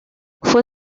fue